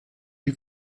die